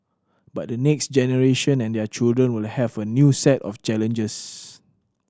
but the next generation and their children will have a new set of challenges